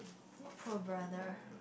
your poor brother